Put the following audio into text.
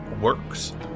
works